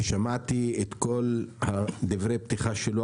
ושמעתי את כל דברי הפתיחה שלו,